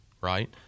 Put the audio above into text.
right